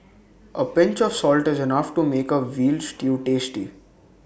A pinch of salt is enough to make A Veal Stew tasty